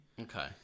okay